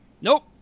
nope